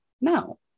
no